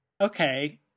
okay